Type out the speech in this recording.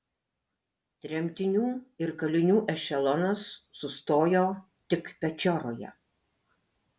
tremtinių ir kalinių ešelonas sustojo tik pečioroje